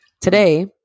Today